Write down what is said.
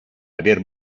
aver